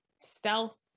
Stealth